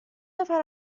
نفر